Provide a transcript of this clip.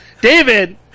David